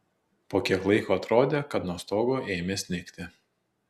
po kiek laiko atrodė kad nuo stogo ėmė snigti